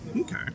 Okay